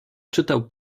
czytał